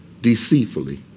deceitfully